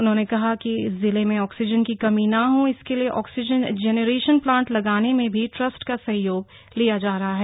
उन्होंने कहा कि जिले में आक्सीजन की कमी न हो इसके लिए आक्सीजन जनरेशन प्लांट लगाने में भी ट्रस्ट का सहयोग लिया जा रहा है